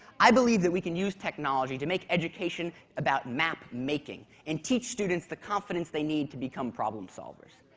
i believe that we can use technology to make education about map making and teach students the confidence they need to become problem solvers.